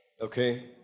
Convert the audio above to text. Okay